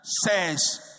says